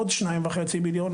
עוד 2.5 מיליון,